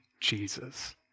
Jesus